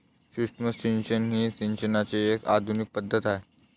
सूक्ष्म सिंचन ही सिंचनाची एक आधुनिक पद्धत आहे